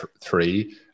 three